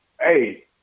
hey